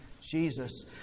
Jesus